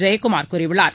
ஜெயக்குமார் கூறியுள்ளார்